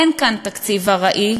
אין כאן תקציב ארעי,